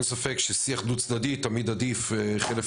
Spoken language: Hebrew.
אין ספק ששיח דו צדדי תמיד עדיף חלף